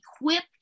equipped